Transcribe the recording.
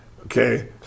okay